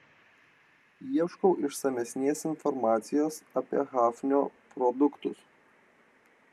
ieškau išsamesnės informacijos apie hafnio produktus